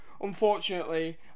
unfortunately